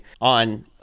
on